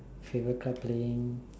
favorite club playing